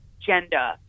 gender